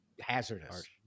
hazardous